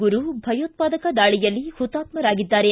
ಗುರು ಭಯೋತ್ವಾದಕ ದಾಳಿಯಲ್ಲಿ ಹುತಾತ್ಮರಾಗಿದ್ದಾರೆ